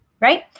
Right